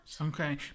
okay